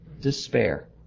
despair